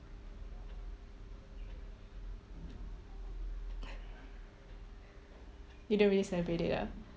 you don't really celebrate it ah